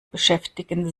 beschäftigen